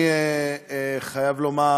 אני חייב לומר,